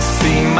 see